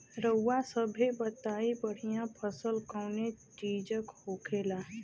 रउआ सभे बताई बढ़ियां फसल कवने चीज़क होखेला?